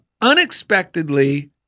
unexpectedly